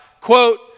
Quote